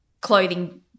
clothing